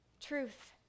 truth